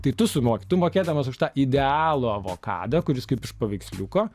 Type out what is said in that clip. tai tu sumoki tu mokėdamas už tą idealų avokadą kuris kaip iš paveiksliuko